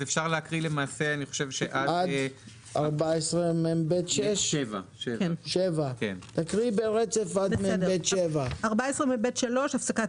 אפשר להקריא עד 14מב7. תקריאי ברצף עד סעיף 14מב7. 14מב3הפסקת